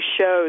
shows